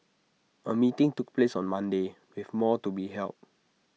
A meeting took place on Monday with more to be held